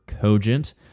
cogent